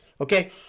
Okay